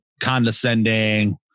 condescending